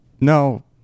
No